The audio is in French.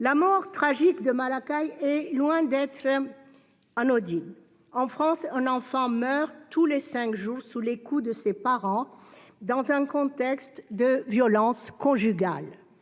La mort tragique de Malakai est loin d'être anodine. En France, un enfant meurt tous les cinq jours sous les coups de ses parents dans un contexte de violences conjugales.